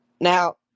Now